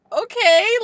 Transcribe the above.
Okay